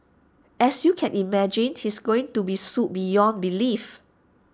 as you can imagine he's going to be sued beyond belief